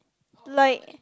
like